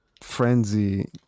frenzy